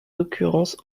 occurrences